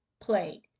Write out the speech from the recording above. played